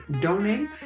donate